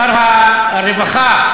שר הרווחה.